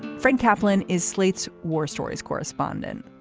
fred kaplan is slate's war stories correspondent.